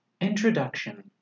Introduction